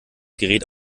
gerät